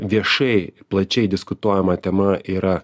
viešai plačiai diskutuojama tema yra